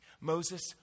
Moses